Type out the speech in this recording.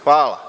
Hvala.